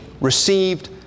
received